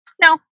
no